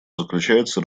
заключается